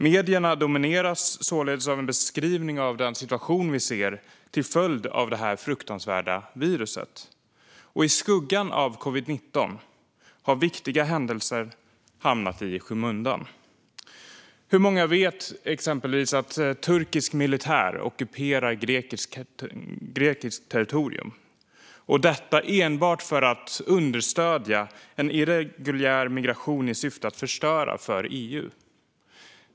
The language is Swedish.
Medierna domineras således av en beskrivning av den situation vi ser till följd av detta fruktansvärda virus. I skuggan av covid-19 har viktiga händelser hamnat i skymundan. Hur många vet exempelvis att turkisk militär ockuperar grekiskt territorium? Detta görs enbart för att understödja en irreguljär migration i syfte att förstöra för EU.